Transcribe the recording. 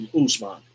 Usman